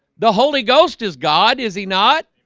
the holy ghost is god. is he not?